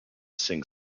sing